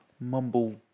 mumble